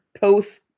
post